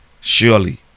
Surely